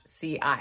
CI